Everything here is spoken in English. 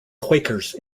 quakers